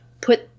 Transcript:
put